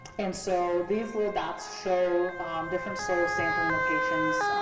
and so these little dots show different soil sampling locations,